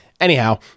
anyhow